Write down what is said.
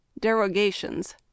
derogations